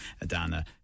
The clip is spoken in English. Adana